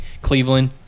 Cleveland